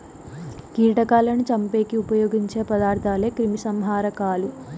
కీటకాలను చంపేకి ఉపయోగించే పదార్థాలే క్రిమిసంహారకాలు